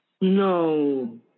No